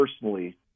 personally